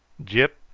gyp,